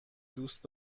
دوست